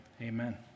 amen